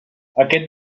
aquest